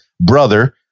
brother